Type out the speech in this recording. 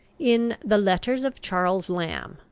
in the letters of charles lamb,